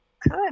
Good